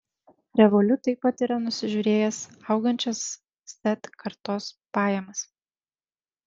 revolut taip pat yra nusižiūrėjęs augančias z kartos pajamas